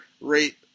rate